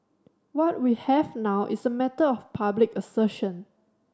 what we have now is a matter of public assertion